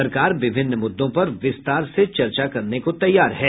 सरकार विभिन्न मुद्दों पर विस्तार से चर्चा करने को तैयार है